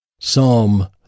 Psalm